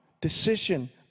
decision